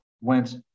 went